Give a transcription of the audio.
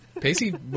Pacey